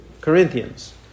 Corinthians